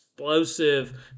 explosive